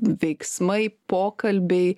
veiksmai pokalbiai